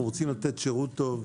אנחנו רוצים לתת שירות טוב,